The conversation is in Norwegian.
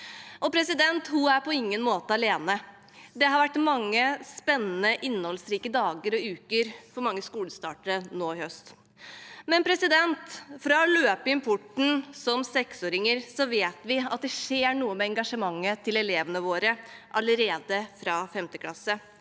skolen – og hun er på ingen måte alene. Det har vært mange spennende og innholdsrike dager og uker for mange skolestartere nå i høst. Men selv om man løper inn porten som seksåring, vet vi at det skjer noe med engasjementet til elevene våre allerede fra 5. klasse.